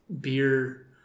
beer